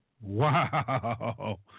Wow